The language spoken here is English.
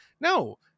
no